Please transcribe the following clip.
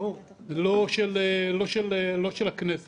לא של הכנסת.